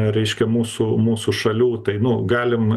reiškia mūsų mūsų šalių tai nu galim